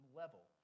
level